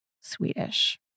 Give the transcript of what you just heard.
Swedish